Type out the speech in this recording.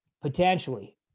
potentially